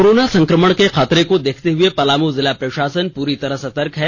corona संकमण के खतरे को देखते हुए पलामू जिला प्रशासन पूरी तरह सतर्क है